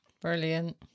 brilliant